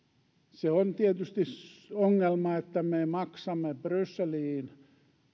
se on tietysti ongelma että me maksamme brysseliin